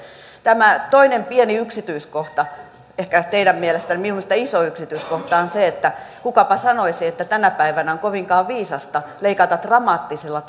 tämä toinen pieni yksityiskohta ehkä teidän mielestänne minun mielestäni iso yksityiskohta on se että kukapa sanoisi että tänä päivänä on kovinkaan viisasta leikata dramaattisella